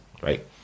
right